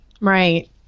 right